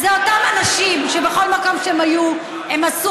אלה אותם אנשים שבכל מקום שהם היו הם עשו